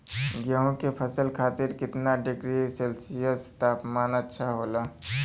गेहूँ के फसल खातीर कितना डिग्री सेल्सीयस तापमान अच्छा होला?